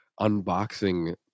unboxing